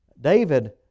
David